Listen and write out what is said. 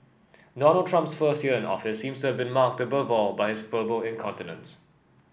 Donald Trump's first year in office seems to been marked above all by his verbal incontinence